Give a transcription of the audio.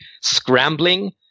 scrambling